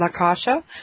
Lakasha